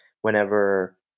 whenever